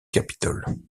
capitole